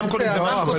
תעמולה.